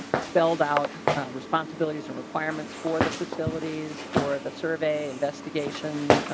spelled out responsibilities requirements for the facilities for the survey investigation.